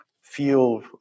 feel